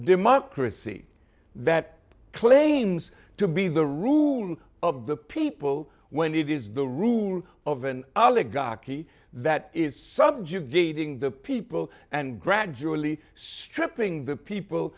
democracy that claims to be the room of the people when it is the rule of an oligarchy that is subjugating the people and gradually stripping the people